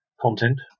content